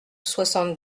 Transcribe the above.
soixante